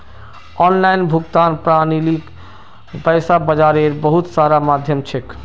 online भुगतान प्रणालीक पैसा बाजारेर बहुत सारा माध्यम छेक